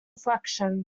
reflection